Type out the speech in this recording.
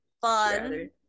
fun